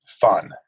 fun